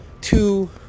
two